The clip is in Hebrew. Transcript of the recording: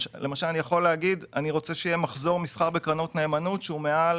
אני יכול להגיד שאני רוצה שיהיה מחזור מסחר בקרנות נאמנות שהוא מעל